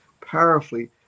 powerfully